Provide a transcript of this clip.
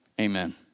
amen